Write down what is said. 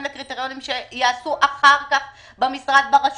לקריטריונים שייעשו אחר כך במשרד ברשות,